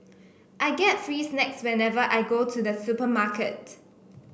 I get free snacks whenever I go to the supermarket